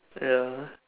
ya